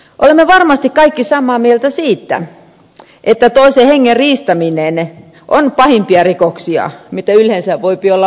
olemme varmasti kaikki samaa mieltä siitä että toisen hengen riistäminen on pahimpia rikoksia mitä yleensä voi olla olemassa